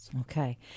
Okay